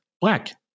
Black